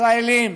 ישראליים,